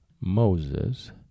Moses